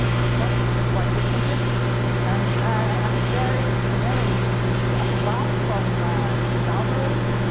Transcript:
discussed quite frequently and as you see there and see there ah you use upper bound from stood algorithm